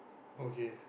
okay